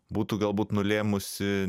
būtų galbūt nulėmusi